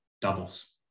doubles